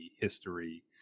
history